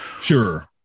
sure